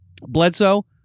Bledsoe